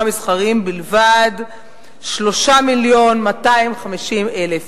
מסחריים בלבד 3 מיליון ו-250,000 צופים.